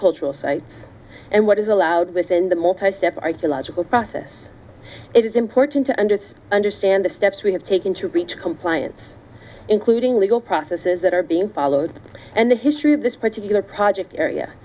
cultural sites and what is allowed within the multi step archaeological process it is important to understand understand the steps we have taken to reach compliance including legal processes that are being followed and the history of this particular project area